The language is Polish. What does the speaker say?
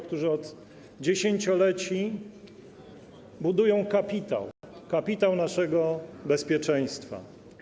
którzy od dziesięcioleci budują kapitał naszego bezpieczeństwa.